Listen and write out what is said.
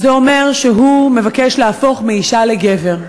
זה אומר שהוא מבקש להפוך מאישה לגבר,